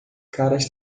caras